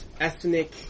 ethnic